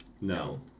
No